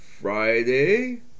Friday